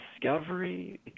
discovery